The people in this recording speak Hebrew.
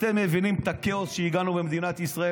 אתם מבינים את הכאוס שהגענו אליו במדינת ישראל?